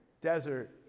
Desert